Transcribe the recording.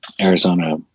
Arizona